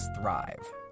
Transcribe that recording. thrive